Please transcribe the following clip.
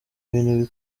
ibintu